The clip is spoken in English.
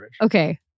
Okay